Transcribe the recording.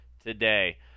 today